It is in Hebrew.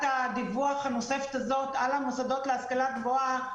הדיווח הנוספת הזו על המוסדות להשכלה גבוהה,